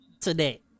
today